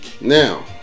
now